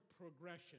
progression